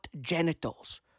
genitals